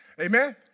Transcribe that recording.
Amen